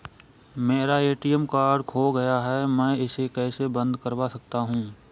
मेरा ATM card खो गया है मैं इसे कैसे बंद करवा सकता हूँ?